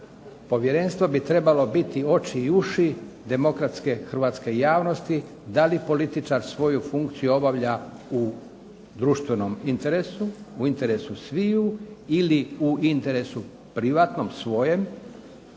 povjerenstvo bi trebalo biti oči i uši demokratske hrvatske javnosti da li političar svoju funkciju obavlja u društvenom interesu, u interesu sviju ili u interesu privatnom, svojem,